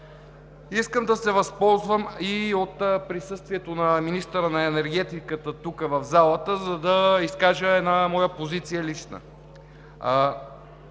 Искам да се възползвам и от присъствието на министъра на енергетиката тук, в залата, за да изкажа една моя лична